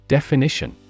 Definition